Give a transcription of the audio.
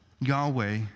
Yahweh